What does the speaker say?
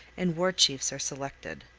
and war chiefs are selected.